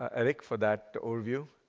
eric, for that overview.